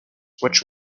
which